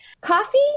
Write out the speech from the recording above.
Coffee